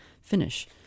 finish